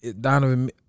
Donovan